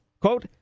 quote